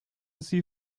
sie